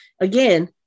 again